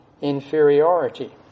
inferiority